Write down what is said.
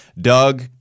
Doug